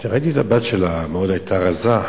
ראיתי את הבת שלה, היא היתה מאוד רזה.